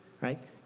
right